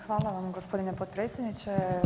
Hvala vam gospodine potpredsjedniče.